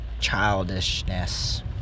childishness